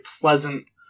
pleasant